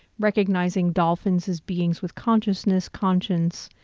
recognizing dolphins as beings with consciousness, conscience,